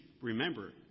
remember